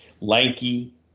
Lanky